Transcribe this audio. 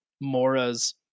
Mora's